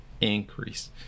increase